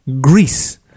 Greece